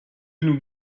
nous